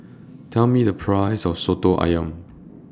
Tell Me The Price of Soto Ayam